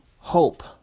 Hope